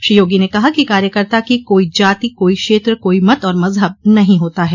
श्री योगी ने कहा कि कार्यकर्ता की कोई जाति कोई क्षेत्र कोई मत और मजहब नहीं होता है